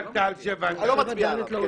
לא מצביע עליו.